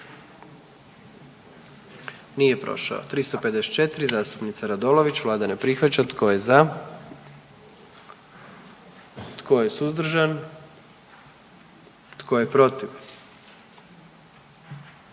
44. Kluba zastupnika SDP-a, vlada ne prihvaća. Tko je za? Tko je suzdržan? Tko je protiv?